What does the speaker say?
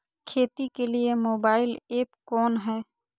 खेती के लिए मोबाइल ऐप कौन है?